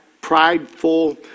prideful